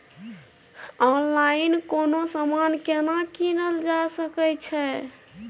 Online कोनो समान केना कीनल जा सकै छै?